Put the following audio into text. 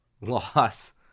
loss